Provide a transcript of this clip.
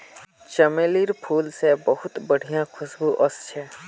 चमेलीर फूल से बहुत बढ़िया खुशबू वशछे